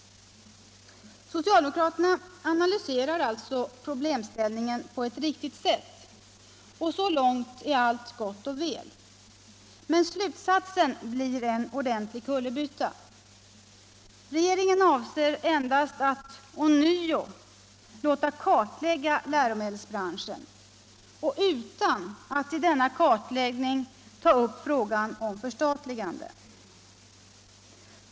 Socialdemokraterna analyserar alltså problemställningen på ett riktigt sätt, och så långt är allt gott och väl. Men slutsatsen blir en ordentlig kullerbytta. Regeringen avser endast att ånyo låta kartlägga läromedelsbranschen, utan att vid denna kartläggning ta upp frågan om förstatligande.